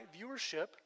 viewership